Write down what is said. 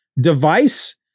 device